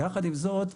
יחד עם זאת,